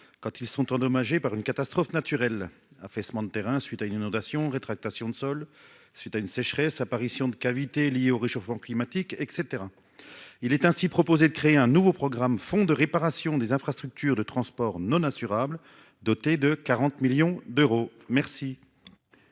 quand elles sont endommagées par une catastrophe naturelle- affaissement de terrain à la suite d'une inondation, rétractation de sol à la suite d'une sécheresse, apparition de cavités liée au réchauffement climatique, etc. Il est ainsi proposé de créer un nouveau programme « Fonds de réparation des infrastructures de transport non assurables », doté de 40 millions d'euros. Quel